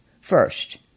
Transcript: first